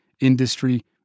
industry